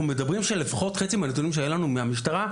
לפחות חצי מהנתונים שהיו לנו מהמשטרה,